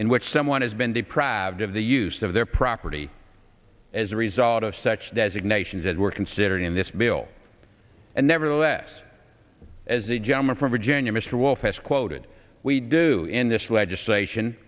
in which someone has been deprived of the use of their property as a result of such designations that were considered in this bill and nevertheless as the gentleman from virginia mr wolf has quoted we do in this legislation